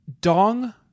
Dong